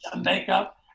makeup